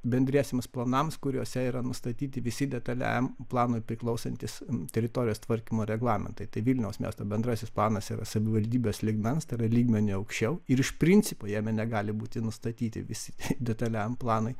bendriesiems planams kuriuose yra nustatyti visi detaliajam planui priklausantys teritorijos tvarkymo reglamentai tai vilniaus miesto bendrasis planas yra savivaldybės lygmens tai yra lygmeniu aukščiau ir iš principo jame negali būti nustatyti visi detaliajam planui